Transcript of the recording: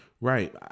Right